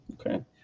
Okay